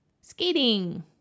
Skating